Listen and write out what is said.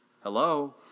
Hello